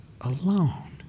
alone